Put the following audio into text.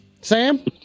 Sam